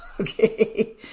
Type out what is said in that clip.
Okay